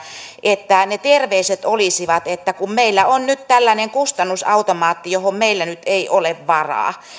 että ne terveiset olisivat että kun meillä on nyt tällainen kustannusautomaatti johon meillä nyt ei ole varaa